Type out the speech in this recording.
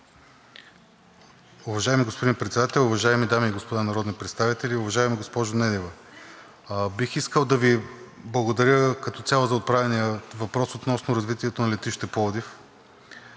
Уважаеми господин Председател, уважаеми дами и господа народни представители! Уважаема госпожо Недева, бих искал да Ви благодаря като цяло за отправения въпрос относно развитието на летище Пловдив.